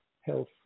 health